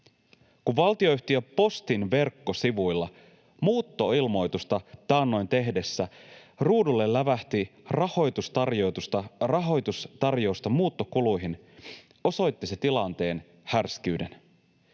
Kun valtionyhtiö Postin verkkosivuilla muuttoilmoitusta taannoin tehdessäni ruudulle lävähti rahoitustarjous muuttokuluihin, osoitti se tilanteen härskiyden.